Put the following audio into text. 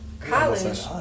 college